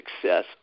success